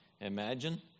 Imagine